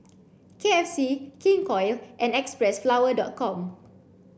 K F C King Koil and Xpressflower dot com